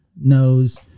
knows